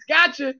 Gotcha